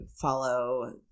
follow